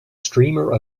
streamer